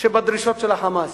שבדרישות של ה"חמאס".